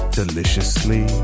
deliciously